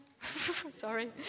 sorry